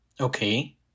Okay